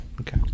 okay